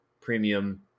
Premium